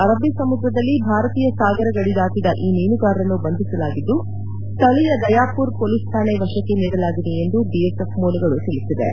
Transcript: ಅರಬ್ಬಿ ಸಮುದ್ರದಲ್ಲಿ ಭಾರತೀಯ ಸಾಗರ ಗಡಿ ದಾಟಿದ ಈ ಮೀನುಗಾರರನ್ನು ಬಂಧಿಸಲಾಗಿದ್ದು ಸ್ವಳೀಯ ದಯಾಮರ್ ಮೊಲೀಸ್ ಠಾಣೆ ವಶಕ್ಕೆ ನೀಡಲಾಗಿದೆ ಎಂದು ಬಿಎಸ್ಎಫ್ ಮೂಲಗಳು ತಿಳಿಸಿವೆ